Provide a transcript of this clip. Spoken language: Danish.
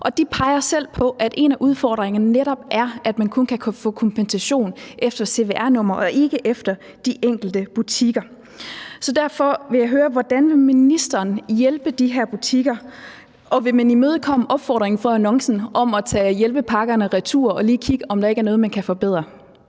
De peger selv på, at en af udfordringerne netop er, at man kun kan få kompensation efter cvr-nummer og ikke til de enkelte butikker. Derfor vil jeg høre, hvordan ministeren vil hjælpe de her butikker, og om man vil imødekomme opfordringen fra annoncen til at tage hjælpepakkerne retur og lige kigge på, om der ikke er noget, man kan forbedre.